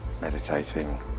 Meditating